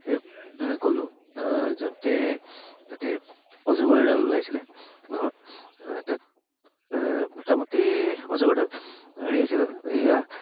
এই ক'লোঁ যাওঁতে তাতে অজগৰ এডাল ওলাইছিলে ডাঙৰ তাক মোটামুটি অজগৰডাল হেৰি আছিল এয়া